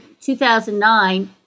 2009